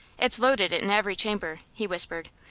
it's loaded in every chamber, he whispered.